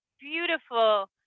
beautiful